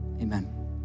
amen